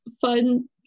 fun